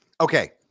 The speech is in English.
Okay